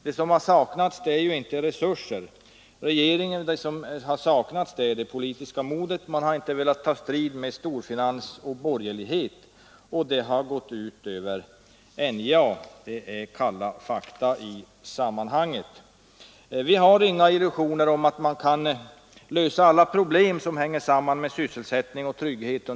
Vad som saknats är inte resurser utan det politiska modet — man har inte velat ta strid med storfinans och borgerlighet, och detta har gått ut över NJA. Detta är kalla fakta i sammanhanget. Vi har inga illusioner om att man i ett kapitalistisk samhällssystem kan lösa alla problem som hänger samman med sysselsättning och trygghet.